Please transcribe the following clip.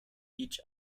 each